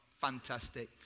fantastic